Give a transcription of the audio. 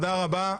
תודה רבה.